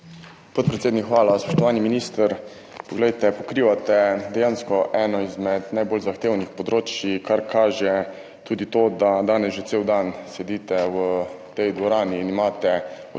Podpredsednik, hvala. Spoštovani minister. Poglejte, pokrivate dejansko eno izmed najbolj zahtevnih področij, kar kaže tudi to, da danes že cel dan sedite v tej dvorani in jih imate od